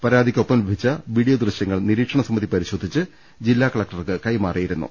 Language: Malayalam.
പരാതിക്കൊപ്പം ലഭിച്ച വീഡിയോ ദൃശ്യങ്ങൾ നിരീക്ഷണസമിതി പരിശോധിച്ച് ജില്ലാകലക്ടർക്ക് കൈമാറിയി രുന്നു